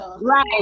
Right